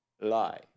lie